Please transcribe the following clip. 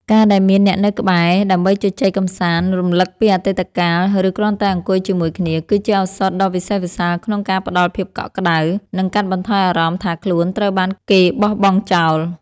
ការដែលមានអ្នកនៅក្បែរដើម្បីជជែកកម្សាន្ត រំលឹកពីអតីតកាល ឬគ្រាន់តែអង្គុយជាមួយគ្នា គឺជាឱសថដ៏វិសេសវិសាលក្នុងការផ្ដល់ភាពកក់ក្ដៅ និងកាត់បន្ថយអារម្មណ៍ថាខ្លួនត្រូវបានគេបោះបង់ចោល។